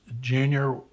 junior